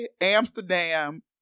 Amsterdam